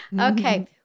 Okay